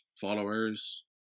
followers